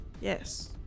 Yes